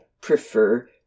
prefer